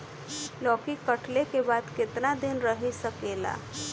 लौकी कटले के बाद केतना दिन रही सकेला?